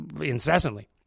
incessantly